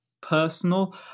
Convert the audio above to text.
personal